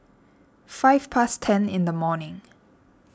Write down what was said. five past ten in the morning